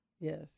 Yes